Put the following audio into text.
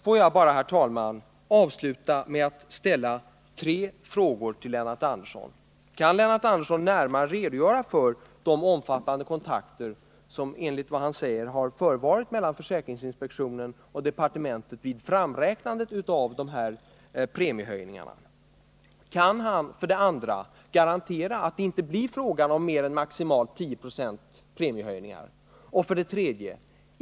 Får jag bara, herr talman, avsluta anförandet med att ställa tre frågor till Lennart Andersson: 1. Kan Lennart Andersson närmare redogöra för de omfattande kontakter som enligt vad han säger har förevarit mellan försäkringsinspektionen och departementet vid framräknandet av premiehöjningarna? 2. Kan Lennart Andersson garantera att det inte blir fråga om större premiehöjningar än maximalt 10 96? 3.